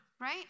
Right